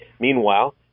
Meanwhile